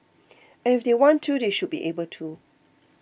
and if want to they should be able to